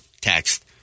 text